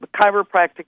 chiropractic